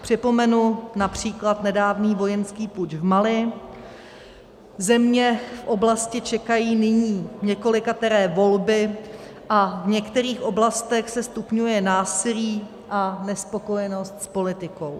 Připomenu například nedávný vojenský puč v Mali, země v oblasti čekají nyní několikeré volby a v některých oblastech se stupňuje násilí a nespokojenost s politikou.